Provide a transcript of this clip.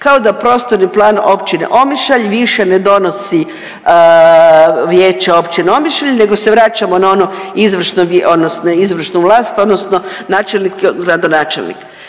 kao da prostorni plan Općine Omišalj više ne donosi Vijeće Općine Omišalj nego se vraćamo na ono izvršno odnosno izvršnu vlast odnosno načelnike i gradonačelnike.